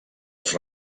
els